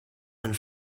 and